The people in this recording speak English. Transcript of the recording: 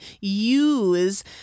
use